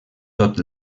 tot